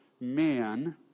man